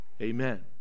amen